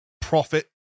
profit